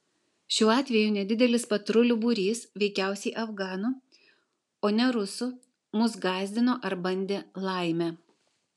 šiuo atveju nedidelis patrulių būrys veikiausiai afganų o ne rusų mus gąsdino ar bandė laimę